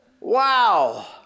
Wow